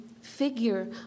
figure